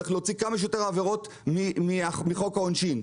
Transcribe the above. צריך להוציא כמה שיותר עבירות מחוק העונשין.